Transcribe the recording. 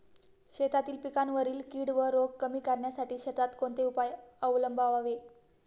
शेतातील पिकांवरील कीड व रोग कमी करण्यासाठी शेतात कोणते उपाय अवलंबावे?